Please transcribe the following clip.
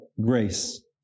grace